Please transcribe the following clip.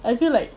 I feel like